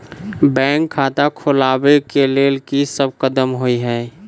Bank खाता खोलबाबै केँ लेल की सब कदम होइ हय?